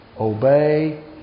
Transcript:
obey